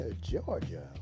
Georgia